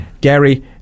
Gary